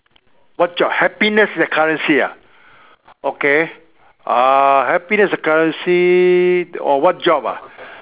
what job happiness is a currency ah okay uh happiness is a currency oh what job ah